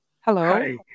Hello